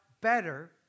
better